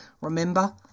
Remember